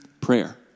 prayer